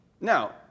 Now